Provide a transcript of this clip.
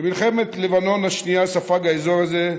במלחמת לבנון השנייה ספג האזור הזה,